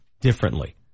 differently